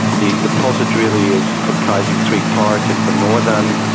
the deposit really is comprising three parts it's the northern,